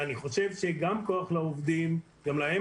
אני חושב שגם כוח לעובדים גם להם